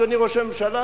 אדוני ראש הממשלה,